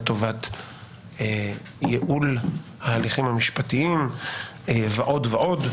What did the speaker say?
לטובת ייעול ההליכים המשפטיים ועוד עוד,